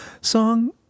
song